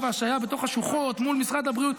והשהייה בתוך השוחות מול משרד הבריאות?